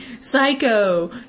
psycho